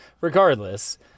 regardless